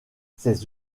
ces